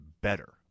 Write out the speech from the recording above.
better